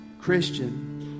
Christian